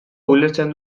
ulertzen